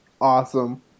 Awesome